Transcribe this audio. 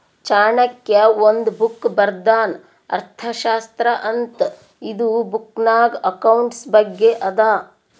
ಚಾಣಕ್ಯ ಒಂದ್ ಬುಕ್ ಬರ್ದಾನ್ ಅರ್ಥಶಾಸ್ತ್ರ ಅಂತ್ ಇದು ಬುಕ್ನಾಗ್ ಅಕೌಂಟ್ಸ್ ಬಗ್ಗೆ ಅದಾ